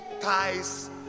ties